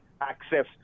access